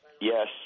Yes